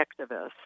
activist